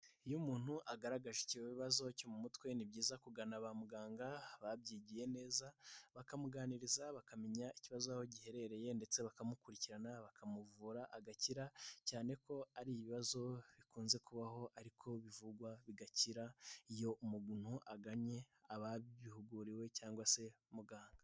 Iyo umuntu agaragaje icyo kibazo cyo mu mutwe ni byiza kugana ba muganga babyigiye neza, bakamuganiriza bakamenya ikibazo aho giherereye ndetse bakamukurikirana bakamuvura agakira cyane ko ari ibibazo bikunze kubaho ariko bivugwa bigakira, iyo umuntu aganye ababihuguriwe cyangwa se muganga.